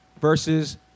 versus